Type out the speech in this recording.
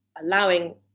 allowing